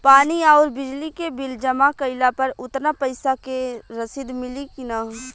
पानी आउरबिजली के बिल जमा कईला पर उतना पईसा के रसिद मिली की न?